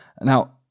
Now